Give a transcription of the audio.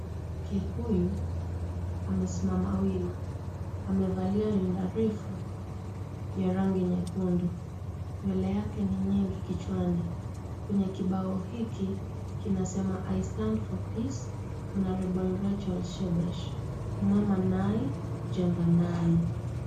Mwanamke huyu amesimama wima . Amevalia rinda refu ya rangi nyekundu. Nywele yake ni nyingi kichwani, kwenye kibao hiki kinasema, I STAND FOR PEACE. Honorable Rachael Shebesh. Simama nae, jenga nae.